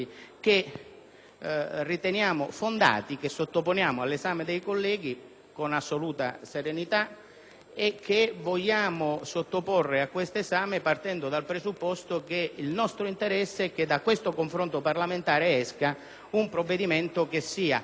riteniamo fondati e che sottoponiamo all'esame dei colleghi con assoluta serenità, partendo dal presupposto che il nostro interesse è che da questo confronto parlamentare esca un provvedimento che sia in linea